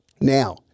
Now